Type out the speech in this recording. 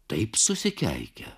taip susikeikia